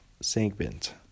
segment